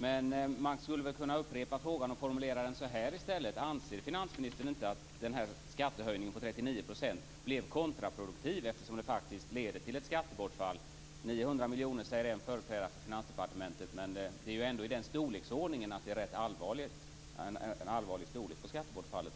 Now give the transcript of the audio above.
Men jag skulle kunna upprepa frågan och formulera den på följande sätt: Anser finansministern inte att den här skattehöjningen på 39 % blev kontraproduktiv, eftersom den faktiskt leder till ett skattebortfall - 900 miljoner säger en företrädare för Finansdepartementet - som är i den storleksordningen att den är för allvarlig